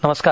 नमस्कार